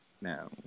no